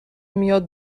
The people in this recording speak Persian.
میاد